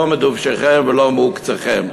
לא מדובשכם ולא מעוקצכם.